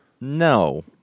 No